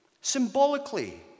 symbolically